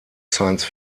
science